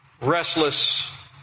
Restless